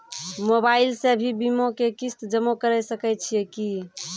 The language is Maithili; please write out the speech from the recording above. मोबाइल से भी बीमा के किस्त जमा करै सकैय छियै कि?